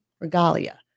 Regalia